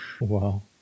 Wow